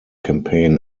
campaign